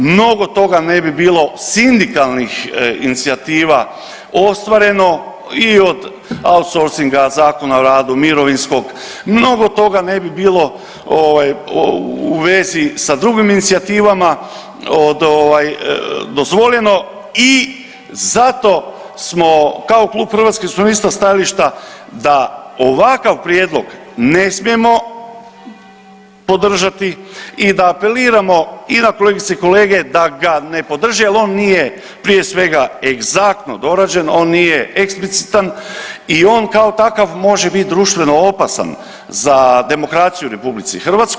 Mnogo toga ne bi bilo sindikalnih inicijativa ostvareno i od outsourcinga, Zakona o radu, mirovinskog, mnogo toga ne bi bilo ovaj u vezi sa drugim inicijativama od ovaj dozvoljeno i zato smo kao Klub Hrvatskih suverenista stajališta da ovakav prijedlog ne smijemo podržati i da apeliramo i na kolegice i kolege da ga ne podrže jer on nije prije svega egzaktno dorađen, on nije eksplicitan i on kao takav može biti društveno opasan za demokraciju u RH.